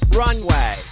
runway